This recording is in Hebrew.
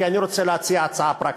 כי אני רוצה להציע הצעה פרקטית: